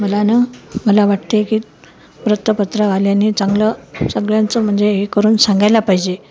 मला ना मला वाटते की वृत्तपत्र आल्याने चांगलं सगळ्यांचं म्हणजे हे करून सांगायला पाहिजे